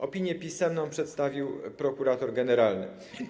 Opinię pisemną przedstawił prokurator generalny.